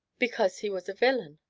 because he was a villain.